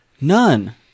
None